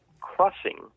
Crossing